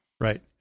Right